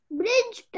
bridge